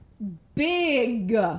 big